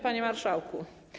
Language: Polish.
Panie Marszałku!